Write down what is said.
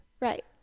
Right